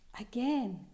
again